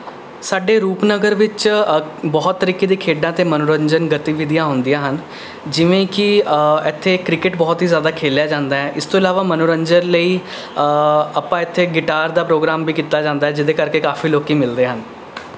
ਸਾਡੇ ਰੂਪਨਗਰ ਵਿੱਚ ਬਹੁਤ ਤਰੀਕੇ ਦੇ ਖੇਡਾਂ ਅਤੇ ਮਨੋਰੰਜਨ ਗਤੀਵਿਧੀਆਂ ਹੁੰਦੀਆਂ ਹਨ ਜਿਵੇਂ ਕਿ ਇੱਥੇ ਕ੍ਰਿਕੇਟ ਬਹੁਤ ਹੀ ਜ਼ਿਆਦਾ ਖੇਡਿਆ ਜਾਂਦਾ ਹੈ ਇਸ ਤੋਂ ਇਲਾਵਾ ਮਨੋਰੰਜਨ ਲਈ ਆਪਾਂ ਇੱਥੇ ਗਿਟਾਰ ਦਾ ਪ੍ਰੋਗਰਾਮ ਵੀ ਕੀਤਾ ਜਾਂਦਾ ਹੈ ਜਿਹਦੇ ਕਰਕੇ ਕਾਫ਼ੀ ਲੋਕੀ ਮਿਲਦੇ ਹਨ